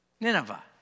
Nineveh